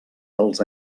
dels